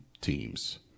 teams